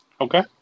Okay